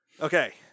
Okay